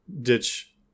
ditch